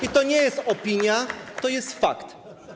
I to nie jest opinia, to jest fakt.